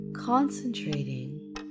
Concentrating